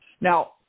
Now